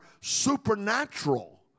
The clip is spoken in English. supernatural